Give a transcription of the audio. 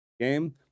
game